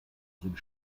sind